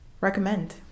recommend